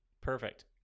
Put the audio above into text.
Perfect